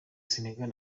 senegal